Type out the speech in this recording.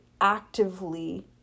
actively